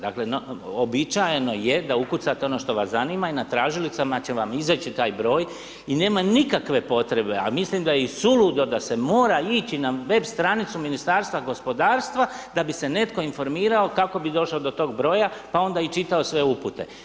Dakle, uobičajeno je da ukucate ono što vas zanima i na tražilicama će vam izaći taj broj i nema nikakve potrebe, a mislim i da je suludo da se mora ići na web stranicu Ministarstva gospodarstva da bi se netko informirao kako bi došao do tog broja pa onda i čitao sve upute.